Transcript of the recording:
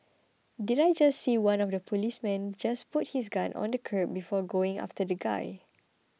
did I just see one of the policemen just put his gun on the curb before going after the guy